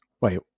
Wait